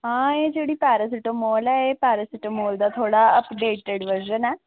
आं एह् जेह्ड़ी पैरासिटामोल ऐ एह् पैरासिटामोल दा जेह्ड़ा अपडेटेड बर्जिन ऐ